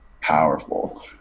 powerful